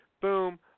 boom